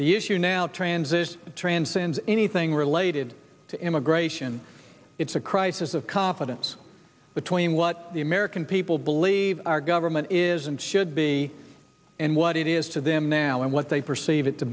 the issue now transit transcends anything related to immigration it's a crisis of confidence between what the american people believe our government is and should be and what it is to them now and what they perceive it to